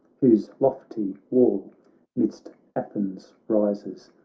whose lofty wall midst athens rises,